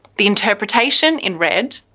the interpretation in red,